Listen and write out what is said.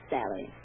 Sally